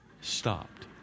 stopped